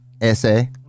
Essay